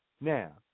Now